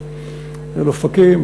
אל אופקים,